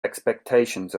expectations